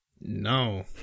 No